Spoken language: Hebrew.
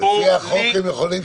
--- לפי החוק הם יכולים שניים.